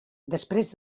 després